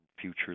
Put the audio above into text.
future